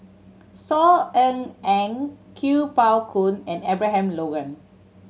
Saw Ean Ang Kuo Pao Kun and Abraham Logan